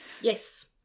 Yes